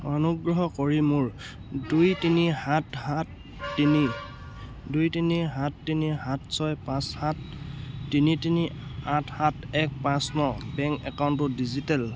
অনুগ্ৰহ কৰি মোৰ দুই তিনি সাত সাত তিনি দুই তিনি সাত তিনি সাত ছয় পাঁচ সাত তিনি তিনি আঠ সাত এক পাঁচ ন বেংক একাউণ্টটো ডিজিটেল